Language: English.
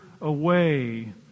away